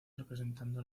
representando